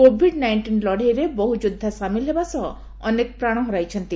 Covid nineteen ଲଢ଼େଇରେ ବହୁ ଯୋବ୍ବା ସାମିଲ ହେବା ସହ ଅନେକ ପ୍ରାଶ ହରାଇଛନ୍ତି